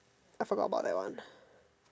I forgot about that one